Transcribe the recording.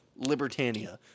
Libertania